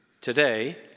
today